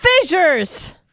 fissures